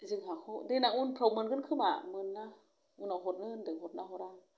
जोंहाखौ देनां उनफोराव मोनगोन खोमा उनाव हरनो होनदों हरोना हरा